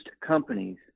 companies